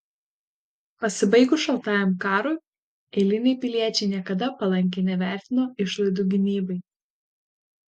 pasibaigus šaltajam karui eiliniai piliečiai niekada palankiai nevertino išlaidų gynybai